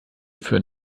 führen